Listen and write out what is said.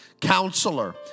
Counselor